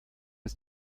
ist